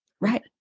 right